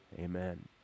Amen